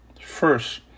first